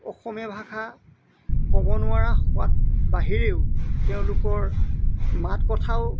অসমীয়া ভাষা ক'ব নোৱাৰা হোৱাত বাহিৰেও তেওঁলোকৰ মাত কথাও